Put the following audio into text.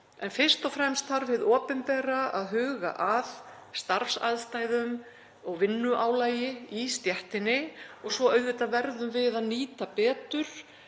En fyrst og fremst þarf hið opinbera að huga að starfsaðstæðum og vinnuálagi í stéttinni. Svo auðvitað verðum við að nýta betur,